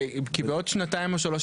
כי בעוד שנתיים או שלוש,